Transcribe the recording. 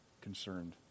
concerned